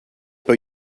but